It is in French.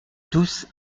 tous